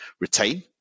retain